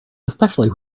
especially